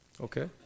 Okay